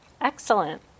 Excellent